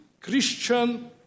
Christian